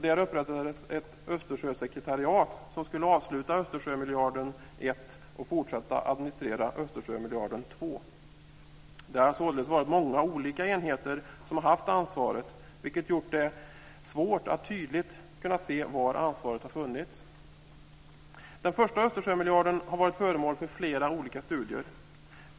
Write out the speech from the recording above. Där upprättades ett Östersjösekretariat som skulle avsluta Östersjömiljard 1 och fortsätta administrera Östersjömiljard 2. Det har således varit många olika enheter som har haft ansvaret, vilket gjort det svårt att tydligt se var ansvaret har funnits. Den första Östersjömiljarden har varit föremål för flera olika studier.